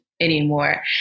anymore